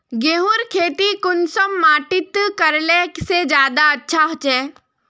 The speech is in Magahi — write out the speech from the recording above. गेहूँर खेती कुंसम माटित करले से ज्यादा अच्छा हाचे?